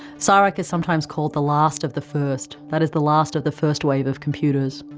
csirac is sometimes called the last of the first that is, the last of the first wave of computers.